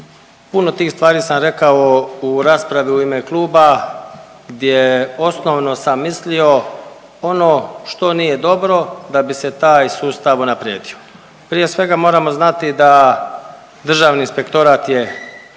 puno tih stvari sam rekao u raspravi u ime kluba gdje osnovo sam mislio ono što nije dobro da bi se taj sustav unaprijedio. Prije svega moramo zanti da državni inspektorat je